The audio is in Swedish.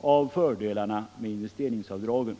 av fördelarna med investeringsbidragen.